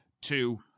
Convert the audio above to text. two